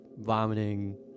vomiting